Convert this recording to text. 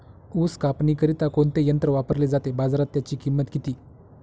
ऊस कापणीकरिता कोणते यंत्र वापरले जाते? बाजारात त्याची किंमत किती?